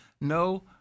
no